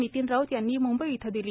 नितीन राऊत यांनी मुंबई इथं दिली